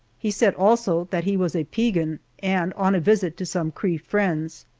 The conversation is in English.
he said also that he was a piegan and on a visit to some cree friends.